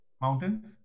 Mountains